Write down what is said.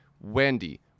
Wendy